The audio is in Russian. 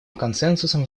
консенсусом